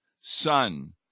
son